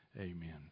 Amen